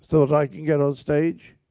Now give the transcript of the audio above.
so that i can get on stage?